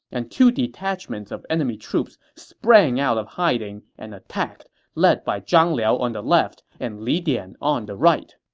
and two detachments of enemy troops sprang out of hiding and attacked, led by zhang liao on the left and li dian on the right.